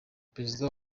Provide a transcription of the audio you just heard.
perezida